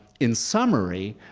in summary,